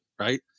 right